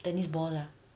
tennis ball lah